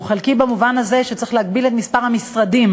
הוא חלקי במובן הזה שצריך להגביל את מספר המשרדים,